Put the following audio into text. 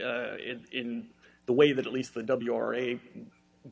n the way that at least the w r a